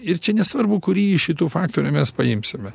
ir čia nesvarbu kurį iš šitų faktorių mes paimsime